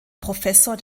professor